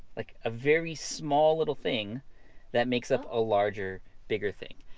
like a very small little thing that makes up a larger, bigger thing.